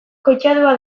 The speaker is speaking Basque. koitadua